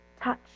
touch